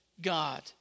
God